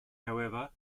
however